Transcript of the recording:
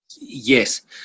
Yes